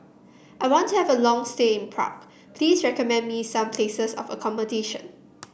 I want to have a long stay in Prague please recommend me some places of accommodation